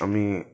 আমি